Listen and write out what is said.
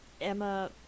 Emma